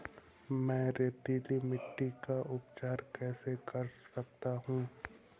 मैं रेतीली मिट्टी का उपचार कैसे कर सकता हूँ?